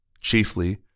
Chiefly